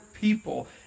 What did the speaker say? people